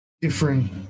Different